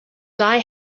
die